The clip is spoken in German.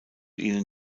ihnen